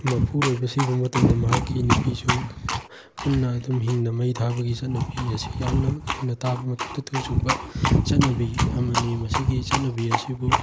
ꯃꯄꯨꯔꯣꯏꯕ ꯁꯤꯕ ꯃꯇꯝꯗ ꯃꯍꯥꯛꯀꯤ ꯅꯨꯄꯤꯁꯨ ꯄꯨꯟꯅ ꯑꯗꯨꯝ ꯍꯤꯡꯅ ꯃꯩ ꯊꯥꯕꯒꯤ ꯆꯠꯅꯕꯤ ꯑꯁꯤ ꯌꯥꯝꯅ ꯑꯩꯈꯣꯏꯅ ꯇꯥꯕ ꯃꯇꯝꯗ ꯑꯩꯈꯣꯏꯅ ꯇꯨ ꯆꯨꯡꯕ ꯆꯠꯅꯕꯤ ꯑꯃꯅꯤ ꯃꯁꯤꯒꯤ ꯆꯠꯅꯕꯤ ꯑꯁꯤꯕꯨ